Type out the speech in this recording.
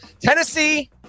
Tennessee